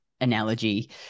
analogy